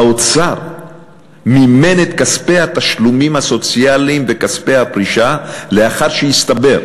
האוצר מימן את כספי התשלומים הסוציאליים ואת כספי הפרישה לאחר שהתברר